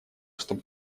чтобы